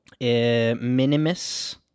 Minimus